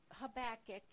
Habakkuk